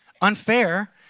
unfair